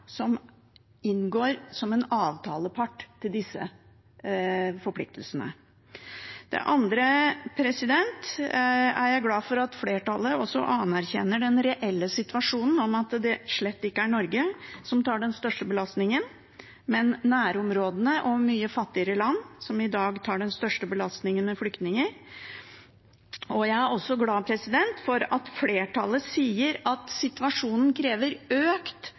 andre er jeg glad for at flertallet også anerkjenner den reelle situasjonen, at det slett ikke er Norge som tar den største belastningen, men at det er nærområdene og mye fattigere land som i dag tar den største belastningen med flyktninger. Jeg er også glad for at flertallet sier at situasjonen krever økt